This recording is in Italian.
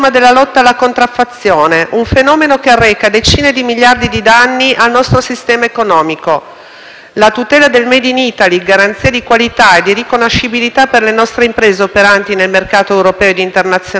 La tutela del *made in Italy*, garanzia di qualità e di riconoscibilità per le nostre imprese operanti nel mercato europeo ed internazionale, deve rappresentare un obiettivo primario dell'impegno italiano in sede europea.